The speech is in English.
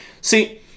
See